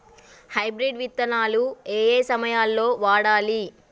Hybrid విత్తనాలు ఏయే సమయాల్లో వాడాలి?